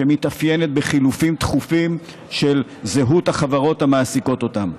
שמתאפיינת בחילופים תכופים של זהות החברות המעסיקות אותם,